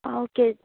okay